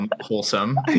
wholesome